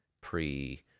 pre